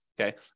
okay